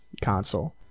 console